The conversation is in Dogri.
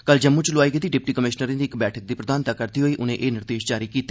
कल जम्मू च लोआई गेदी डिप्टी कमिषनरें दी इक बैठक दी प्रधानता करदे होई उनें एह निर्देष जारी कीते